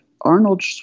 Arnold